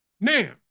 Now